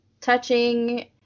touching